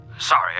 Sorry